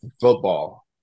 football